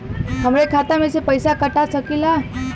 हमरे खाता में से पैसा कटा सकी ला?